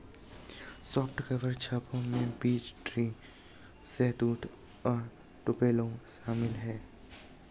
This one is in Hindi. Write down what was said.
सॉफ्ट कवर छापों में बीच ट्री, शहतूत और टुपेलो शामिल है